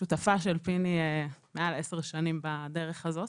ושותפה של פיני מעל עשר שנים בדרך הזאת.